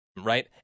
right